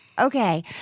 Okay